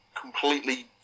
completely